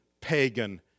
pagan